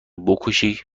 بکشی